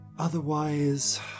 Otherwise